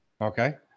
okay